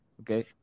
Okay